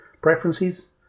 preferences